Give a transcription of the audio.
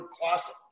Classic